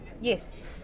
Yes